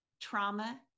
trauma